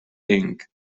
ink